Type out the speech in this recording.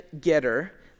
getter